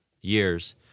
years